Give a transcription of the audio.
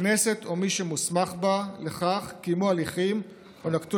הכנסת או מי שמוסמך בה לכך קיימו הליכים או נקטו